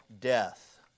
death